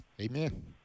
Amen